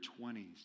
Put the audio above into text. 20s